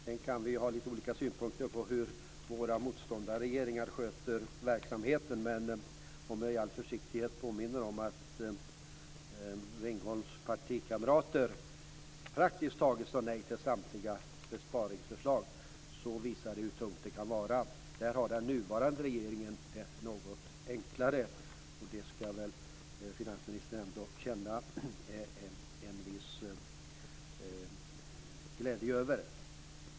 Sedan kan vi ha lite olika synpunkter på hur våra motståndarregeringar sköter verksamheten, men om jag i all försiktighet påminner om att Ringholms partikamrater praktiskt taget sade nej till samtliga besparingsförslag visar det hur tungt det kan vara. Där har den nuvarande regeringen det något enklare. Det skall väl finansministern ändå känna en viss glädje över.